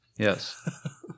Yes